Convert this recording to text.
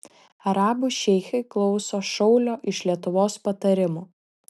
arabų šeichai klauso šaulio iš lietuvos patarimų